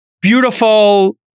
beautiful